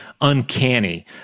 uncanny